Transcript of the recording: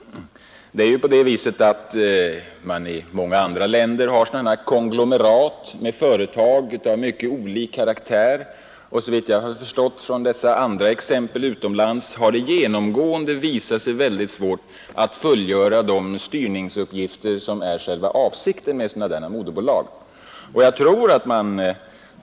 Även i andra länder har man sådana här konglomerat av företag med mycket olika karaktär, och det har genomgående visat sig att det är mycket svårt att fullgöra de styrningsuppgifter som det är avsikten att dessa moderbolag skall ha.